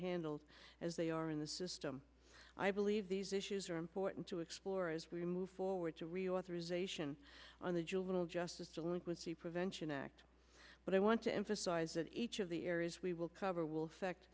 handled as they are in the system i believe these issues are important to explore as we move forward to reauthorization on the juvenile justice delinquency prevention act but i want to emphasize that each of the areas we will cover will affect